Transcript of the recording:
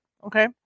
Okay